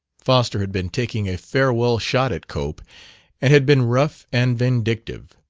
foster had been taking a farewell shot at cope and had been rough and vindictive.